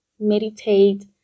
meditate